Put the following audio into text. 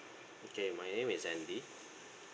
okay my name is andy